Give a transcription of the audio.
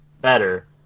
better